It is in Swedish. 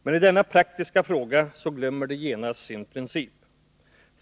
Men i denna praktiska fråga glömmer de genast sin princip.